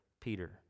Peter